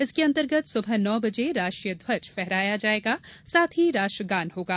इसके अंतर्गत सुबह नौ बजे राष्ट्रीय ध्वज फहराया जायेगा साथ ही राष्ट्रगान होगा